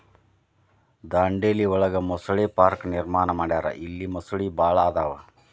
ದಾಂಡೇಲಿ ಒಳಗ ಮೊಸಳೆ ಪಾರ್ಕ ನಿರ್ಮಾಣ ಮಾಡ್ಯಾರ ಇಲ್ಲಿ ಮೊಸಳಿ ಭಾಳ ಅದಾವ